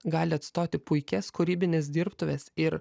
gali atstoti puikias kūrybines dirbtuves ir